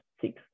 six